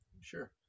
Sure